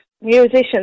musicians